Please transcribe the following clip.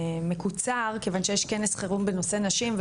מקוצר כיוון שיש כנס חירום בנושא נשים,